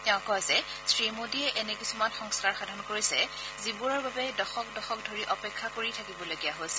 তেওঁ কয় যে শ্ৰী মোদীয়ে এনে কিছুমান সংস্কাৰ সাধন কৰিছে যিবোৰৰ বাবে দশক দশক ধৰি অপেক্ষা কৰি থাকিবলগীয়া হৈছিল